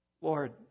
Lord